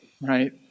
right